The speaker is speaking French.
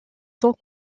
sont